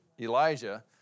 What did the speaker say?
Elijah